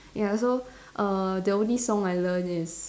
ya so err the only song I learn is